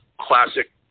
classic